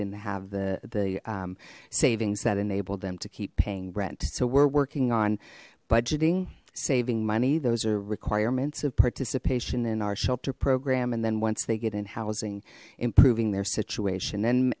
didn't have the the savings that enabled them to keep paying rent so we're working on budgeting saving money those are requirements of participation in our shelter program and then once they get in housing improving their situation and